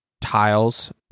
tiles